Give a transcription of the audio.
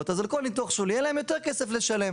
אז על כל ניתוח שולי יהיה להם יותר כסף לשלם.